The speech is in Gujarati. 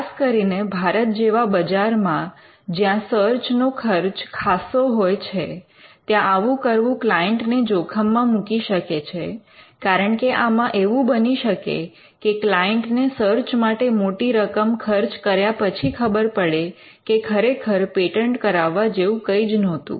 ખાસ કરીને ભારત જેવા બજારમાં જ્યાં સર્ચ નો ખર્ચ ખાસ્સો હોય છે ત્યાં આવું કરવું ક્લાયન્ટને જોખમમાં મૂકી શકે છે કારણ કે આમાં એવું બની શકે કે ક્લાયન્ટને સર્ચ માટે મોટી રકમ ખર્ચ કર્યા પછી ખબર પડે કે ખરેખર પેટન્ટ કરાવવા જેવું કંઈ જ નહોતું